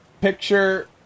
picture